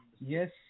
yes